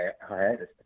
hiatus